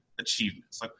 Achievements